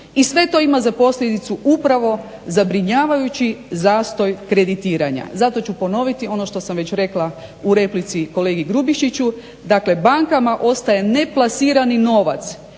i sve to ima za posljedicu upravo zabrinjavajući zastoj kreditiranja. Zato ću ponoviti ono što sam već rekla u replici kolegi Grubišiću, dakle bankama ostaje neplasirani novac